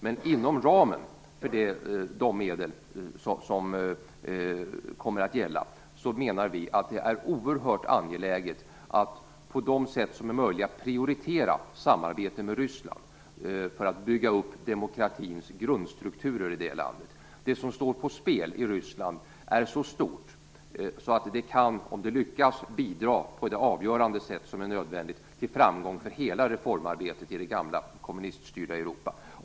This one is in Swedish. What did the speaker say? Men inom ramen för de medel som kommer att gälla, menar vi att det är oerhört angeläget att på de sätt som är möjliga prioritera samarbete med Ryssland, för att bygga upp demokratins grundstrukturer i det landet. Det som står på spel i Ryssland är så stort att det, om det lyckas, på ett avgörande och nödvändigt sätt kan bidra till framgång för hela reformarbetet i det gamla kommuniststyrda Europa.